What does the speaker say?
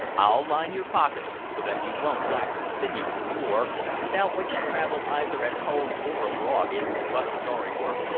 i'll line your pockets, so that you won't lack the sinews of war, without which travel either at home or abroad is but sorry work,